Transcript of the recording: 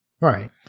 right